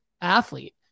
athlete